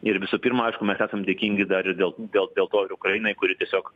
ir visų pirma aišku mes esam dėkingi dar ir dėl dėl to ukrainai kuri tiesiog